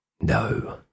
No